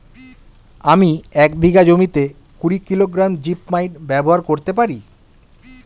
আমি এক বিঘা জমিতে কুড়ি কিলোগ্রাম জিপমাইট ব্যবহার করতে পারি?